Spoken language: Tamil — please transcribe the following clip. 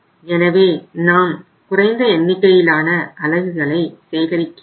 எனவே நாம் குறைந்த எண்ணிக்கையிலான அலகுகளை சேகரிக்கிறோம்